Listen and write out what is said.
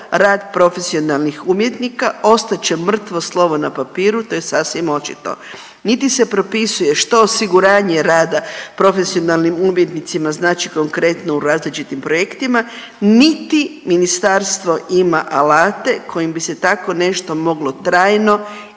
rad profesionalnih umjetnika ostat će mrtvo slovo na papiru i to je sasvim očito, niti se propisuje što osiguranje rada profesionalnim umjetnicima znači konkretno u različitim projektima, niti ministarstvo ima alate kojim bi se tako nešto moglo trajno